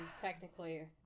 technically